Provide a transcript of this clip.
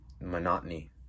monotony